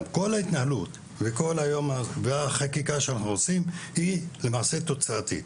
גם כל ההתנהלות והחקיקה שאנחנו עושים היא למעשה תוצאתית.